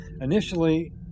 Initially